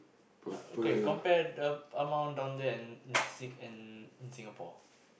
not okay compare the amount down there and in Sing~ in in Singapore